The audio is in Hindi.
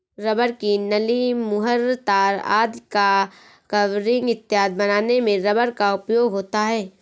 रबर की नली, मुहर, तार आदि का कवरिंग इत्यादि बनाने में रबर का उपयोग होता है